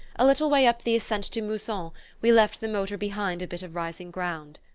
a little way up the ascent to mousson we left the motor behind a bit of rising ground.